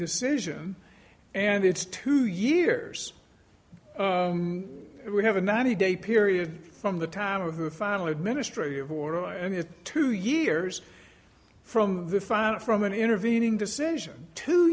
decision and it's two years we have a ninety day period from the time of the final administrative war two years from the fire from an intervening decision two